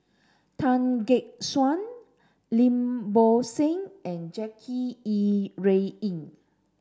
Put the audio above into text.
Tan Gek Suan Lim Bo Seng and Jackie Yi Ru Ying